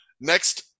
Next